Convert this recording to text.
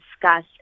discuss